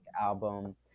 album